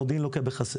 המודיעין לוקה בחסר.